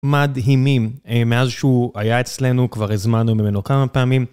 מדהימים, מאז שהוא היה אצלנו כבר הזמנו ממנו כמה פעמים.